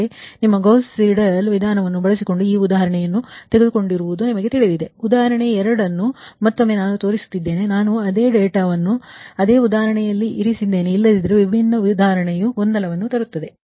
ಅಂದರೆ ನಿಮ್ಮ Gauss Seidel ವಿಧಾನವನ್ನು ಬಳಸಿಕೊಂಡು ಆ ಉದಾಹರಣೆಯನ್ನು ತೆಗೆದುಕೊಂಡಿರುವುದು ನಿಮಗೆ ತಿಳಿದಿದೆ ಉದಾಹರಣೆ 2 ಅನ್ನು ಮತ್ತೊಮ್ಮೆ ನಾನು ತೋರಿಸುತ್ತಿದ್ದೇನೆ ನಾವು ಅದೇ ಡೇಟಾವನ್ನು ಅದೇ ಉದಾಹರಣೆಯನ್ನು ಇರಿಸಿದ್ದೇವೆ ಇಲ್ಲದಿದ್ದರೆ ವಿಭಿನ್ನ ಉದಾಹರಣೆಯು ಗೊಂದಲವನ್ನು ತರುತ್ತದೆ